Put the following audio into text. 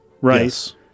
right